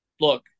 look